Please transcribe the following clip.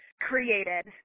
created